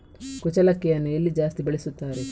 ಕುಚ್ಚಲಕ್ಕಿಯನ್ನು ಎಲ್ಲಿ ಜಾಸ್ತಿ ಬೆಳೆಸುತ್ತಾರೆ?